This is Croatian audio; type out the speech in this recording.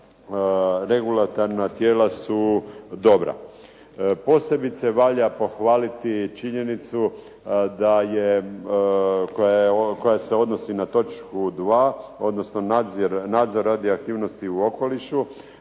regulatorna tijela su dobra. Posebice valja pohvaliti činjenicu koja se odnosi na točku 2. nadzor radioaktivnosti u okolišu